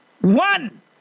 One